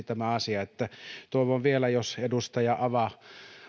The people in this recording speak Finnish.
tämä asia muuttui pikkunyanssiksi toivon vielä että edustaja avaa